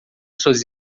suas